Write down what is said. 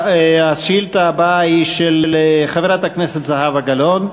השאילתה הבאה היא של חברת הכנסת זהבה גלאון.